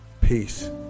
peace